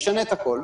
נשנה את הכול,